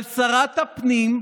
על שרת הפנים,